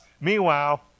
Meanwhile